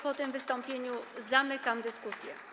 Po tym wystąpieniu zamykam dyskusję.